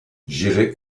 j’irai